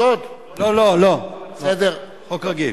לא, לא, חוק רגיל.